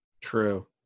true